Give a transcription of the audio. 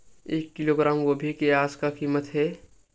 एक किलोग्राम गोभी के आज का कीमत हे?